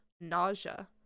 nausea